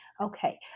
Okay